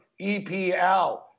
EPL